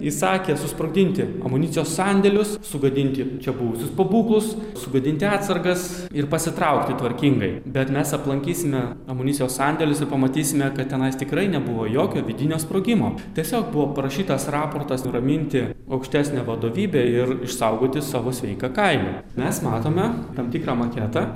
įsakė susprogdinti amunicijos sandėlius sugadinti čia buvusius pabūklus sugadinti atsargas ir pasitraukti tvarkingai bet mes aplankysime amunicijos sandėlius ir pamatysime kad tenais tikrai nebuvo jokio vidinio sprogimo tiesiog buvo parašytas raportas nuraminti aukštesnę vadovybę ir išsaugoti savo sveiką kailį mes matome tam tikrą maketą